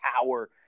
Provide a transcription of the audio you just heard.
power